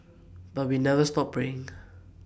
but we never stop praying